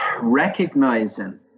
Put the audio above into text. recognizing